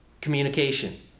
communication